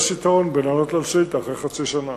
יש יתרון בלענות על שאילתא אחרי חצי שנה.